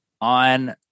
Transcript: On